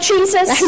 Jesus